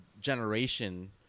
generation